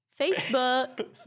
Facebook